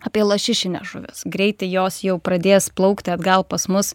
apie lašišines žuvis greitai jos jau pradės plaukti atgal pas mus